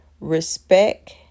Respect